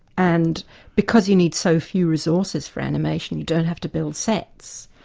and because you need so few resources for animation, you don't have to build sets,